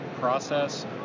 process